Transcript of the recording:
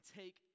take